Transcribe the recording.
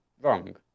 wrong